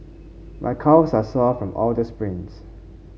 my calves are sore from all the sprints